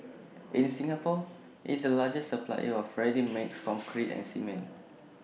in Singapore IT is the largest supplier of ready mixed concrete and cement